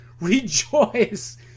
rejoice